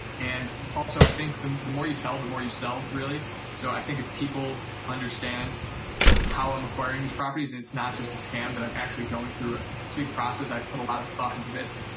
and, also, i think, the the more you tell, the more you sell. so i think if people understand how i'm acquiring these properties and it's not just a scam, that i'm actually going through a complete process, i've put a lot of thought into this,